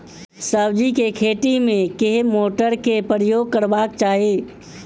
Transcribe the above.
सब्जी केँ खेती मे केँ मोटर केँ प्रयोग करबाक चाहि?